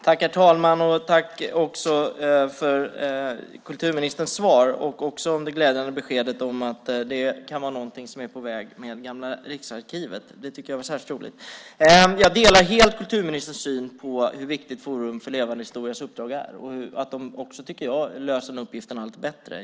Herr talman! Tack, kulturministern för svaret och för det glädjande beskedet att något kan vara på väg med Gamla riksarkivet. Det tycker jag var särskilt roligt. Jag delar helt kulturministerns syn på hur viktigt Forum för levande historias uppdrag är. Jag tycker också att de löser uppgiften allt bättre.